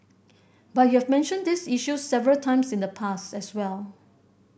but you've mentioned these issues several times in the past as well